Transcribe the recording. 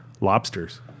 Lobsters